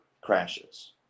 crashes